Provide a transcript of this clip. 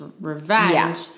revenge